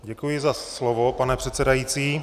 Děkuji za slovo, pane předsedající.